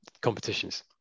competitions